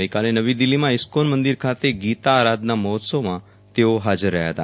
આજે નવી દીલ્હીમાં ઇસ્કોન મંદિર ખાતે ગીતા આરાધના મહોત્સવમાં તેઓ હાજર રહ્યા હતા